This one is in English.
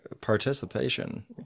participation